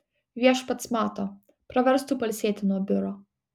viešpats mato praverstų pailsėti nuo biuro